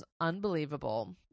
unbelievable